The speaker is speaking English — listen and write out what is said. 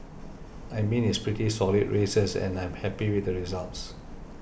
I mean it's pretty solid races and I'm happy with the results